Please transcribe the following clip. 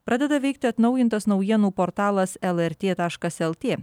pradeda veikti atnaujintas naujienų portalas el er tė taškas el tė